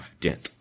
death